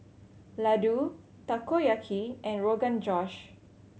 Ladoo Takoyaki and Rogan Josh